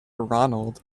ronald